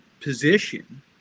position